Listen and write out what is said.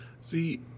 see